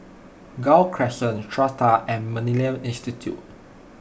Gul Crescent Strata and Millennia Institute